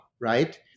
right